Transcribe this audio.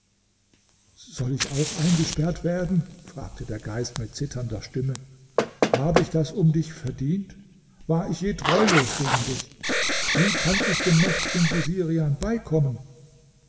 soll ich auch eingesperrt werden fragte der geist mit zitternder stimme habe ich das um dich verdient war ich je treulos gegen dich wie kann ich dem mächtigen busirian beikommen